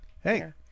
Hey